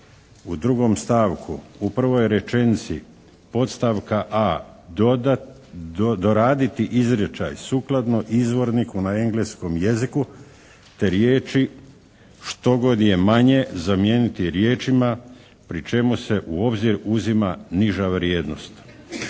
10. u 2. stavku u prvoj rečenici, podstavka a doraditi izričaj sukladno izvorniku na engleskom jeziku te riječi štogod je manje zamijeniti riječima pri čemu se u obzir uzima niža vrijednost.